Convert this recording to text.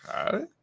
Okay